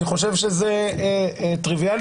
אני חושב שזה טריוויאלי,